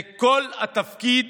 זה כל התפקיד